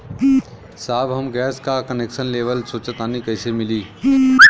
साहब हम गैस का कनेक्सन लेवल सोंचतानी कइसे मिली?